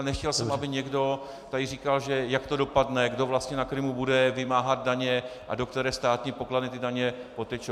Nechtěl jsem, aby někdo tady říkal, jak to dopadne, kdo vlastně na Krymu bude vymáhat daně a do které státní pokladny ty daně potečou.